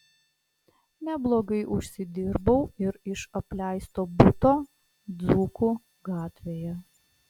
neblogai užsidirbau ir iš apleisto buto dzūkų gatvėje